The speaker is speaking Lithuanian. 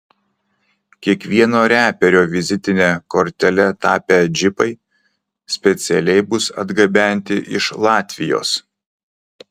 kiekvieno reperio vizitine kortele tapę džipai specialiai bus atgabenti iš latvijos